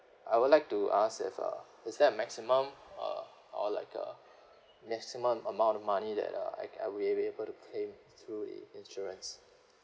I would like to ask if uh is that a maximum uh or like a maximum amount of money that uh I I will be able to claim through in~ insurance